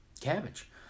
cabbage